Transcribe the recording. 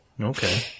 Okay